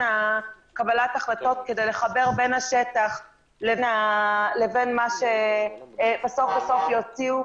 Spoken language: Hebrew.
קבלת ההחלטות כדי לחבר בין השטח לבין מה שבסוף יוציאו,